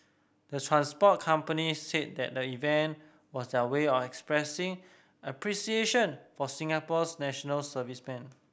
the transport companies said that the event was their way of expressing appreciation for Singapore's national servicemen